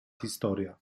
historia